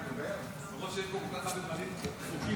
חבריי